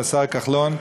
לשר כחלון,